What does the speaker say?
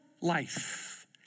life